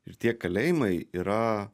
ir tie kalėjimai yra